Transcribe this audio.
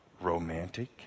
romantic